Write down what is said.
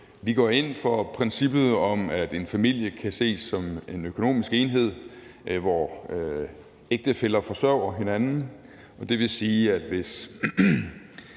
Vi går ind for princippet om, at en familie kan ses som en økonomisk enhed, hvor ægtefæller forsørger hinanden. Og det vil sige, at hvis